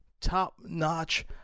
top-notch